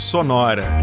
Sonora